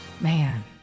Man